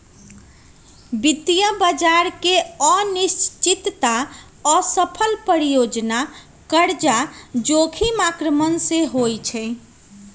वित्तीय बजार की अनिश्चितता, असफल परियोजना, कर्जा जोखिम आक्रमण से होइ छइ